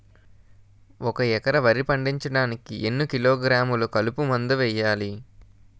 ఒక ఎకర వరి పండించటానికి ఎన్ని కిలోగ్రాములు కలుపు మందు వేయాలి?